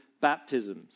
baptisms